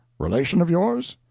relation of yours?